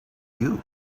you